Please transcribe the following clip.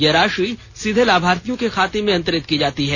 यह राशि सीधे लाभार्थियों के खाते में अंतरित की जाती है